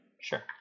Sure